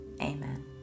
amen